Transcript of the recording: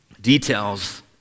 details